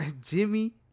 Jimmy